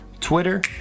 Twitter